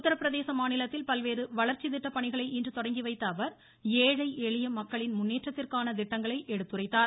உத்தரப்பிரதேச மாநிலத்தில் பல்வேறு வளர்ச்சித்திட்டப் பணிகளை இன்று தொடங்கி வைத்த அவர் ஏழை எளிய மக்களின் முன்னேற்றத்திற்கான திட்டங்களை எடுத்துரைத்தார்